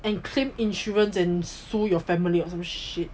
and claim insurance and sue your family or some shit